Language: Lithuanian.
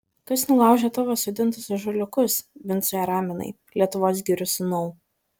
kas nulaužė tavo sodintus ąžuoliukus vincai araminai lietuvos girių sūnau